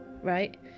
right